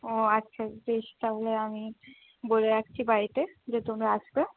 ও আচ্ছা বেশ তাহলে আমি বলে রাখছি বাড়িতে যে তোমরা আসবে